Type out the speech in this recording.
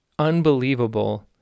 Unbelievable